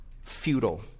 futile